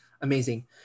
Amazing